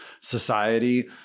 society